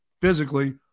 physically